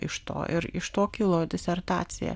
iš to ir iš to kilo disertacija